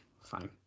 Fine